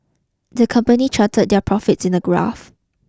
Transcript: the company charted their profits in a graph